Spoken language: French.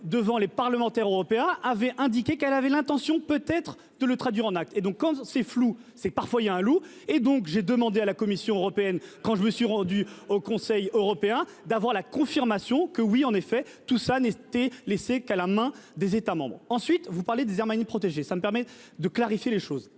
devant les parlementaires européens, avait indiqué qu'elle avait l'intention peut être de le traduire en actes et donc, quand c'est flou, c'est parfois il y a un loup. Et donc j'ai demandé à la Commission européenne quand je me suis rendu au Conseil européen d'avoir la confirmation que oui, en effet, tout ça n'était laissé qu'à la main des États. Ensuite, vous parlez des aires marines protégées. Ça me permet de clarifier les choses.